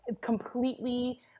completely